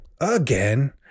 again